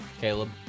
caleb